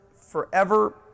forever